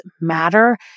matter